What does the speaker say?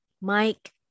Mike